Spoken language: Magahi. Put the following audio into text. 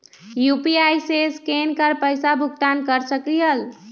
यू.पी.आई से स्केन कर पईसा भुगतान कर सकलीहल?